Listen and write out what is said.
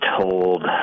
told